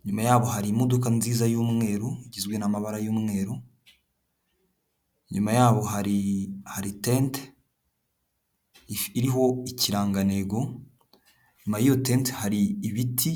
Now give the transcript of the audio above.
inyuma yaho hari imodoka nziza y'umweru igizwe n'amabara y'umweru nyuma yaho hari itente iriho ikirangantego inyuma y'iyo tente hari ibiti.